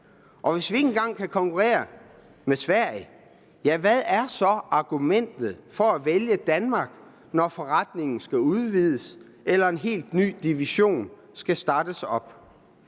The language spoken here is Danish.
og hvis vi ikke engang kan konkurrere med Sverige, hvad er så argumentet for at vælge Danmark, når forretningen skal udvides eller en helt ny division skal startes op?